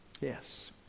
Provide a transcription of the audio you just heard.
yes